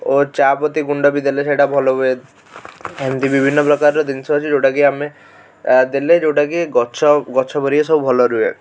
ଓ ଚା ପତି ଗୁଣ୍ଡ ବି ଦେଲେ ସେଇଟା ଭଲ ହୁଏ ଏମତି ବିଭିନ୍ନ ପ୍ରକାରର ଜିନିଷ ଅଛି ଯେଉଁଟା କି ଆମେ ଦେଲେ ଯେଉଁଟା କି ଗଛ ଗଛ ହେରିକା ସବୁ ଭଲ ରୁହେ